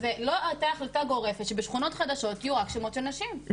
זו לא היתה החלטה גורפת שבשכונות חדשות יהיו רק שמות של נשים--- לא,